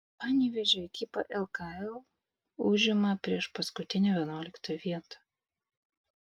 panevėžio ekipa lkl užima priešpaskutinę vienuoliktą vietą